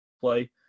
play